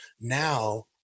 now